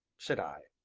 said i.